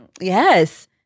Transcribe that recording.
yes